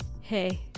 hey